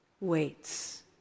waits